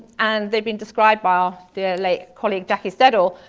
and they've been described by our dear late colleague jackie stedall,